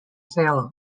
sale